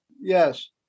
Yes